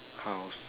how